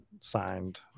signed